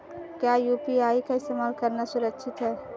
क्या यू.पी.आई का इस्तेमाल करना सुरक्षित है?